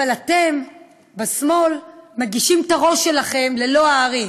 אבל אתם בשמאל מגישים את הראש שלכם ללוע הארי,